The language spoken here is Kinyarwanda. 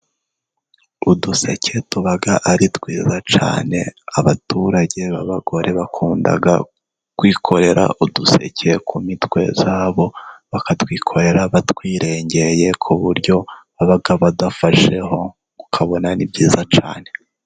Uduseke tuba ari twiza cyane, abaturage b'abagore bakunda kwikorera uduseke ku mitwe yabo, bakatwikorera batwirengeye ku buryo baba badafasheho, ukabona ni byiza cyane.